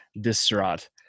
distraught